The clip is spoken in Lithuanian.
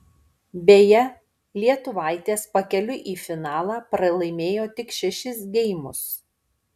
beje lietuvaitės pakeliui į finalą pralaimėjo tik šešis geimus